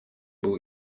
był